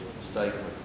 statement